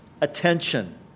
attention